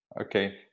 okay